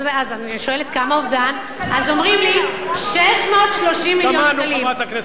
למה ראש הממשלה בורח?